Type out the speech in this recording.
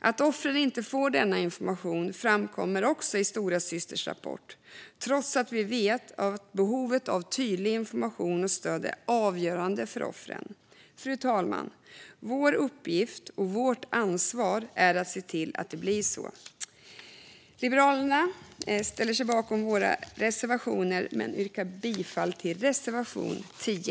Att offren inte får denna information framkommer också i Storasysters rapport, trots att vi vet att behovet av tydlig information och stöd är avgörande för offren. Fru talman! Vår uppgift och vårt ansvar är att se till att det blir så. Vi i Liberalerna ställer oss bakom våra reservationer, men jag yrkar bifall endast till reservation 10.